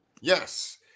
yes